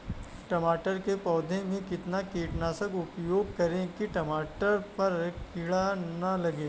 टमाटर के पौधे में किस कीटनाशक का उपयोग करें कि टमाटर पर कीड़े न लगें?